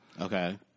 Okay